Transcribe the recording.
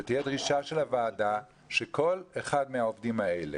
שתהיה דרישה של הוועדה שכל אחד מהעובדים האלה,